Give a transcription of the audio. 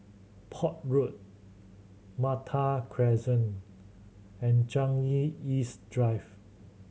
Port Road Malta Crescent and Changi East Drive